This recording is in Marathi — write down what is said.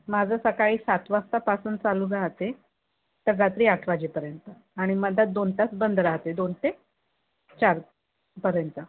माझं सकाळी सात वाजतापासून चालू राहते तर रात्री आठ वाजेपर्यंत आणि मध्यात दोन तास बंद राहते दोन ते चारपर्यंत